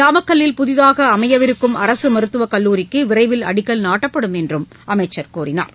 நாமக்கல்லில் புதிதாக அமையவிருக்கும் அரசு மருத்துவக்கல்லூரிக்கு விரைவில் அடிக்கல் நாட்டப்படும் என்றும் அவர் கூறினார்